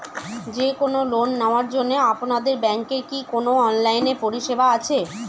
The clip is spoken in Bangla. যে কোন লোন নেওয়ার জন্য আপনাদের ব্যাঙ্কের কি কোন অনলাইনে পরিষেবা আছে?